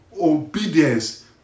obedience